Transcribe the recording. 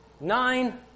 nine